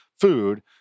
food